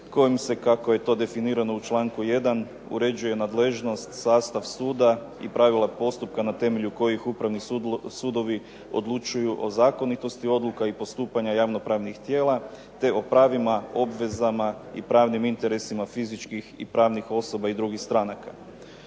kojim se kako je to definirano u članku 1. uređuje nadležnost, sastav suda i pravila postupka na temelju kojih upravni sudovi odlučuju o zakonitosti odluka i postupanja javnopravnih tijela, te o pravima, obvezama i pravnim interesima fizičkih i pravnih osoba i drugih stranaka.